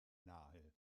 nahe